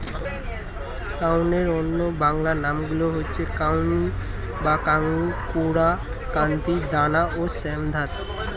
কাউনের অন্য বাংলা নামগুলো হচ্ছে কাঙ্গুই বা কাঙ্গু, কোরা, কান্তি, দানা ও শ্যামধাত